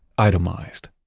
itemized.